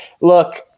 look